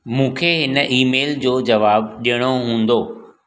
मूंखे हिन ईमेल जो जवाबु ॾियणो हूंदो